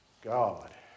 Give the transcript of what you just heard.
God